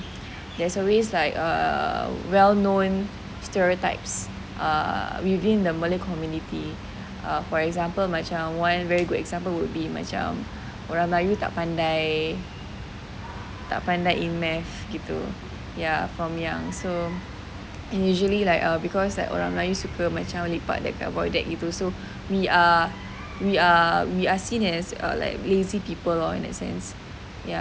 there's always like err well known stereotypes err within the malay community err for example macam one very good example would be macam orang melayu tak pandai tak pandai in math gitu ya from young so and usually like err because like orang melayu suka macam lepak dekat void deck gitu so we are we are we are seen as like lazy people lor in a sense ya